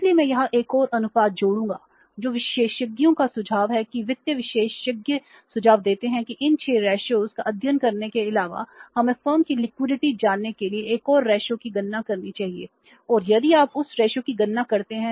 इसलिए मैं यहां 1 और अनुपात जोड़ूंगा जो विशेषज्ञों का सुझाव है कि वित्तीय विशेषज्ञ सुझाव देते हैं कि इन 6 रेशों की गणना करते हैं